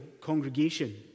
congregation